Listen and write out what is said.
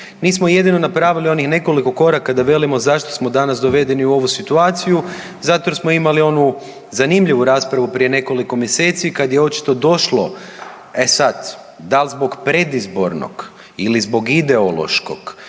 Mi smo jedino napravili onih nekoliko koraka da velimo zašto smo danas dovedeni u ovu situaciju. Zato jer smo imali onu zanimljivu raspravu prije nekoliko mjeseci kad je očito došlo, e sad dal' zbog predizbornog ili zbog ideološkog